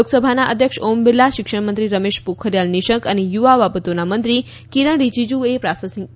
લોકસભાના અધ્યક્ષ ઓમ બિરલા શિક્ષણમંત્રી રમેશ પોખરીયાલ નિશંક અને યુવા બાબતોના મંત્રી કિરણ રિજ્જુએ પ્રાસંગિક પ્રવચનો કર્યા હતા